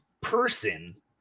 person